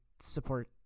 support